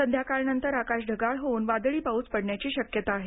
संध्याकाळनंतर आकाश ढगाळ होऊन वादळी पाउस पडण्याची शक्यता आहे